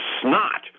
snot